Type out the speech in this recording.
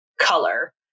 color